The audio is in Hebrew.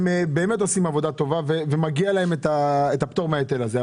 המסעדנים עושים עבודה טובה ומגיע להם הפטור מההיטל הזה,